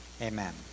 amen